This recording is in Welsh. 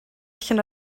allan